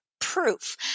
proof